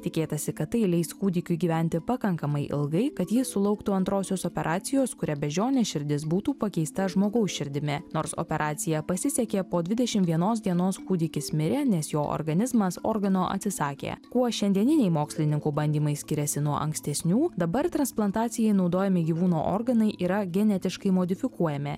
tikėtasi kad tai leis kūdikiui gyventi pakankamai ilgai kad ji sulauktų antrosios operacijos kuria beždžionės širdis būtų pakeista žmogaus širdimi nors operacija pasisekė po dvidešim vienos dienos kūdikis mirė nes jo organizmas organo atsisakė kuo šiandieniniai mokslininkų bandymai skiriasi nuo ankstesnių dabar transplantacijai naudojami gyvūnų organai yra genetiškai modifikuojami